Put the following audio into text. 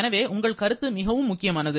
எனவே உங்கள் கருத்து மிகவும் முக்கியமானது